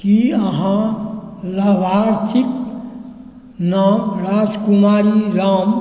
की अहाँ लाभार्थीक नाम राजकुमारी राम